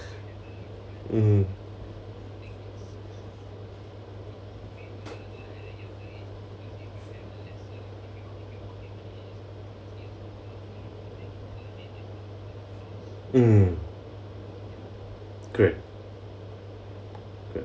mm mm correct correct